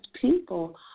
people